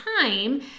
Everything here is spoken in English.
time